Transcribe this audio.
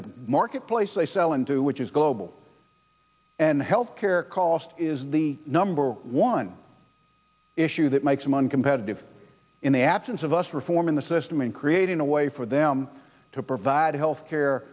the marketplace they sell and do which is global and health care cost is the number one issue that makes money competitive in the absence of us reforming the system and creating a way for them to provide health care